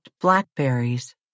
blackberries